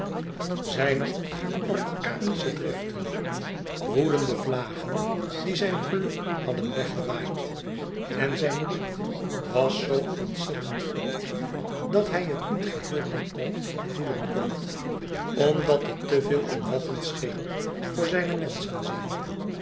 zijner orkanische driften woedende vlagen die zijn geluk hadden weggewaaid en zijn leed was zoo ontzettend groot dat hij het niet geheel en al voelen kon omdat het te veel omvattend scheen voor zijne menschenziel